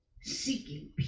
seeking